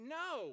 no